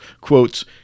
quotes